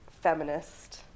feminist